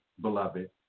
beloved